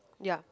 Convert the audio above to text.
ya